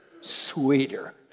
sweeter